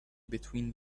between